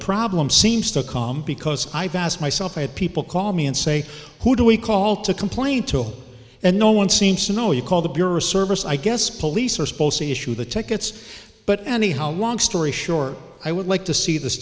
problem seems to come because i've asked myself i had people call me and say who do we call to complain to and no one seems to know you call the bureau service i guess police are sposi issue the tickets but any how long story short i would like to see this